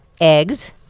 Eggs